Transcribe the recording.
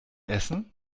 essen